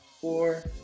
four